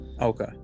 okay